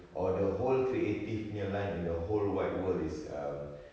or the whole creative punya line in the whole wide world is um